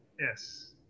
yes